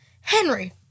Henry